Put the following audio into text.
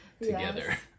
together